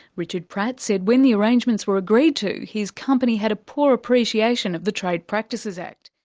richard pratt said when the arrangements were agreed to, his company had a poor appreciation of the trade practices act.